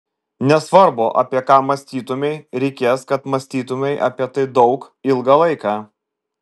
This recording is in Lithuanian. nesvarbu apie ką mąstytumei reikės kad mąstytumei apie tai daug ilgą laiką